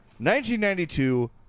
1992